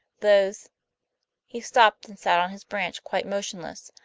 those he stopped and sat on his branch quite motionless,